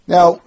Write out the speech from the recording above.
Now